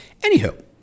Anywho